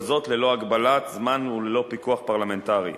כל זאת ללא הגבלת זמן וללא פיקוח פרלמנטרי.